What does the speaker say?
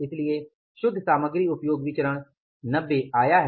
इसलिए शुद्ध सामग्री उपयोग विचरण 90 आया है